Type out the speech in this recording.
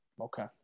Okay